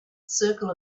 circle